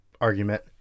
argument